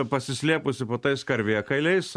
pasislėpusi po tais karvėkailiais